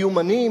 מיומנים,